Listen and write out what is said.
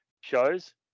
shows